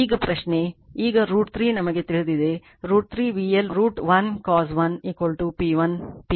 ಈಗ ಪ್ರಶ್ನೆ ಈಗ √ 3 ನಮಗೆ ತಿಳಿದಿದೆ √ 3 VL √ 1 cos 1 P l P1